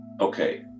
okay